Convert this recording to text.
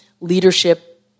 leadership